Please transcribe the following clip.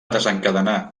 desencadenar